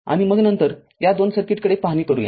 आणि मग नंतर या दोन सर्किटकडे पाहणी करूया